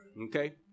Okay